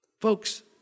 Folks